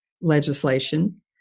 legislation